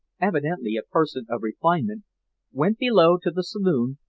evidently a person of refinement went below to the saloon,